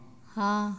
हाँ